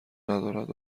ندارد